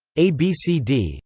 abcd